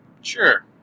Sure